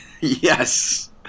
Yes